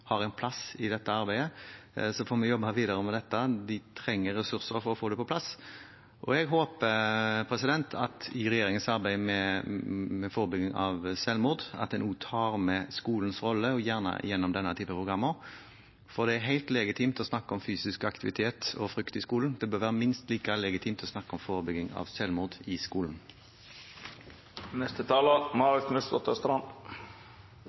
har en plass i dette arbeidet. Så får vi jobbe videre med dette. De trenger ressurser for å få det på plass. Jeg håper at en i regjeringens arbeid med forebygging av selvmord også tar med skolens rolle, og gjerne gjennom denne typen programmer. Det er helt legitimt å snakke om fysisk aktivitet og frukt i skolen, og det bør være minst like legitimt å snakke om forebygging av selvmord i